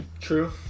true